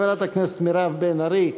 חברת הכנסת מירב בן ארי,